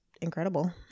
incredible